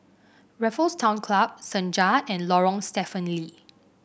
Raffles Town Club Senja and Lorong Stephen Lee